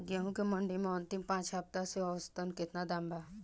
गेंहू के मंडी मे अंतिम पाँच हफ्ता से औसतन केतना दाम बा?